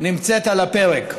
נמצאת על הפרק.